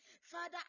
Father